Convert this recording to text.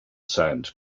sand